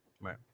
right